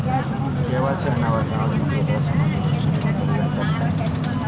KYC ಹಣ ವರ್ಗಾವಣೆ ಮತ್ತ ಇತರ ಸಮಾಜ ವಿರೋಧಿ ಚಟುವಟಿಕೆಗಳನ್ನ ತಡೇತದ